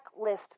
checklist